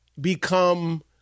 become